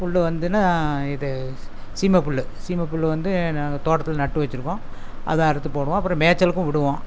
புல் வந்துனால் இது சீமை புல் சீமை புல் வந்து நாங்கள் தோட்டத்தில் நட்டு வச்சுருக்கோம் அதை அறுத்து போடுவோம் அப்புறம் மேய்ச்சலுக்கும் விடுவோம்